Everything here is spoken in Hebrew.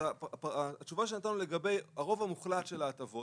התשובה שנתנו לגבי הרוב המוחלט של ההטבות